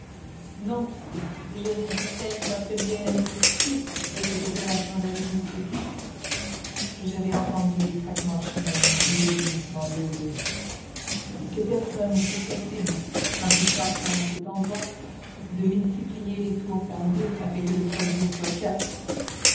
non je ne distingue pas très bien la nécessité de cette opération d'arithmétique j'avais entendu des craquements de chaînes et des gémissements douloureux que personne ne trouve possible quand il passera dans cet endroit de multiplier les tours par deux afin que le produit soit quatre